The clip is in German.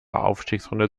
aufstiegsrunde